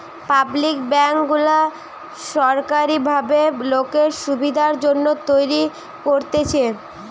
public bank গুলা সোরকারী ভাবে লোকের সুবিধার জন্যে তৈরী করতেছে